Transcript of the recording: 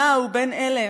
נעו בין אלה